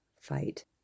fight